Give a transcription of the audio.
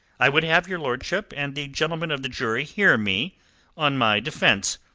i would have your lordship and the gentlemen of the jury hear me on my defence,